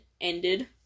ended